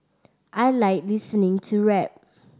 I like listening to rap